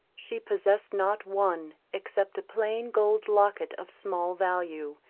she possessed not one, except a plain gold locket of small value,